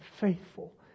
faithful